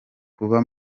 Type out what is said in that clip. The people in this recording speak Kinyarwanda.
kuba